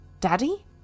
Daddy